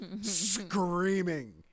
Screaming